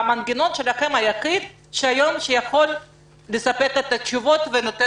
המנגנון שלכם הוא היחיד שיכול היום לספק את התשובות ולתת